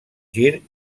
gir